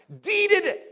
deeded